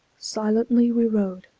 silently we rowed,